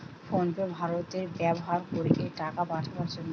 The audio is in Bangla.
ফোন পে ভারতে ব্যাভার করে টাকা পাঠাবার জন্যে